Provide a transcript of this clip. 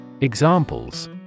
Examples